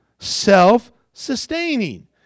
self-sustaining